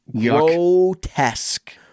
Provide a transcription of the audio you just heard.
grotesque